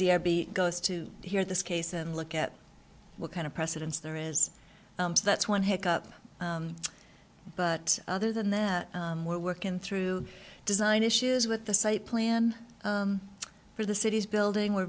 dia b goes to hear this case and look at what kind of precedence there is that's one heck up but other than that we're working through design issues with the site plan for the city's building we're